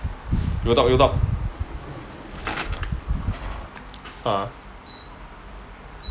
you talk you talk ah